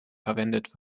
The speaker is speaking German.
verwendet